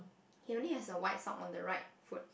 he only has a white sock on the right foot